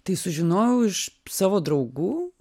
tai sužinojau iš savo draugų